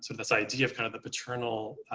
so this idea of kind of a paternal